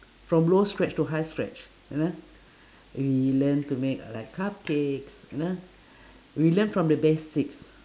from low scratch to high scratch you know we learn to make uh like cupcakes you know we learn from the basics